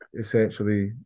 essentially